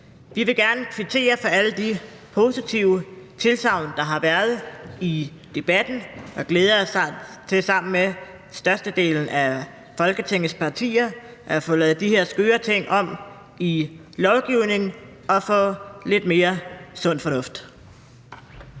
Vi vil gerne kvittere for alle de positive tilsagn, der har været i debatten, og vi glæder os til sammen med størstedelen af Folketingets partier at få lavet de her skøre ting i lovgivningen om og få lidt mere sund fornuft.